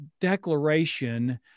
declaration